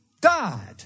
died